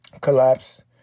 collapse